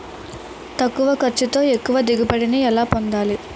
తక్కువ ఖర్చుతో ఎక్కువ దిగుబడి ని ఎలా పొందాలీ?